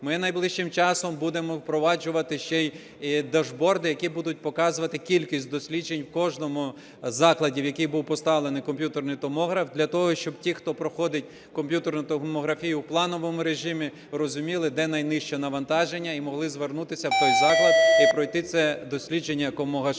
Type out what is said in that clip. Ми найближчим часом будемо впроваджувати ще й дашборди, які будуть показувати кількість досліджень у кожному закладі, в який був поставлений комп'ютерний томограф, для того, щоб ті, хто проходять комп'ютерну томографію в плановому режимі, розуміли, де найнижче навантаження і могли звернутися в той заклад і пройти це дослідження якомога швидше.